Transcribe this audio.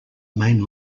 main